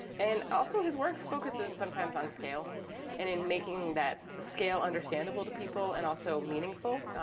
and also, his work focuses sometimes on scale and in making that scale understandable to people and also meaningful.